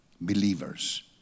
believers